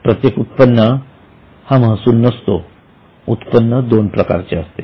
प्रत्येक उत्पन्न हा महसूल नसतो उत्पन्न दोन प्रकारचे आहे